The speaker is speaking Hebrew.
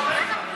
איפה היא?